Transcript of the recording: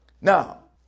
Now